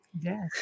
Yes